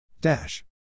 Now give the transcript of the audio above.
Dash